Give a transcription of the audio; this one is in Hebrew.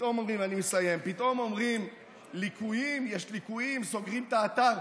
פתאום אומרים שיש ליקויים וסוגרים את האתר.